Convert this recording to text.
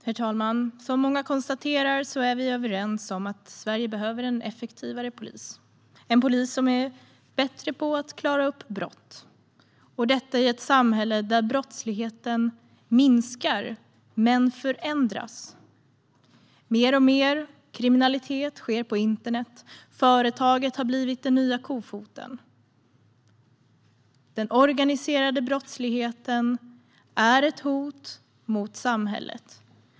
Herr talman! Som många konstaterar är vi överens om att Sverige behöver en effektivare polis - en polis som är bättre på att klara upp brott, och detta i ett samhälle där brottsligheten minskar men förändras. Mer och mer kriminalitet sker på internet. Företaget har blivit den nya kofoten. Den organiserade brottsligheten är ett hot mot samhället.